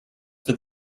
for